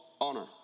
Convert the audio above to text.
honor